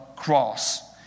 cross